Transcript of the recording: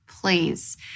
please